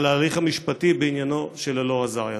על ההליך המשפטי בעניינו של אלאור אזריה?